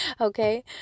okay